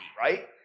right